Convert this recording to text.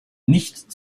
nicht